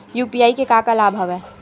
UPI के का का लाभ हवय?